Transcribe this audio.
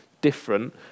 different